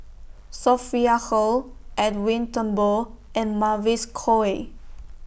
Sophia Hull Edwin Thumboo and Mavis Khoo Oei